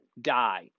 die